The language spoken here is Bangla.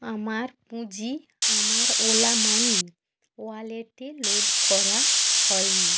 আমার পুঁজি আমার ওলা মানি ওয়ালেটে লোড করা হয় নি